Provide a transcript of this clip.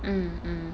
mm mm